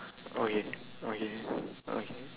okay okay okay